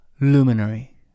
Luminary